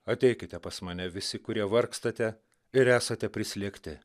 ateikite pas mane visi kurie vargstate ir esate prislėgti